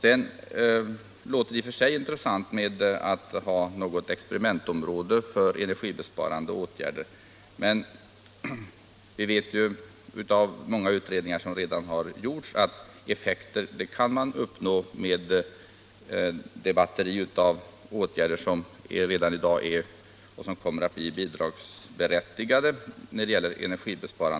Det låter i och för sig intressant att ha ett experimentområde för energibesparande åtgärder, men vi vet ju av många utredningar som redan har gjorts att effekter kan uppnås med det batteri av åtgärder som finns och som kommer att bli bidragsberättigade.